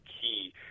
key